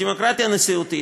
בדמוקרטיה נשיאותית,